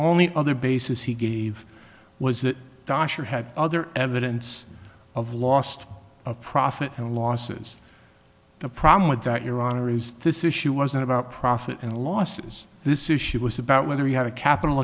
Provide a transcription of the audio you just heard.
only other basis he gave was that doctor had other evidence of lost of profit and losses the problem with that your honor is this issue wasn't about profit and losses this issue was about whether he had a capital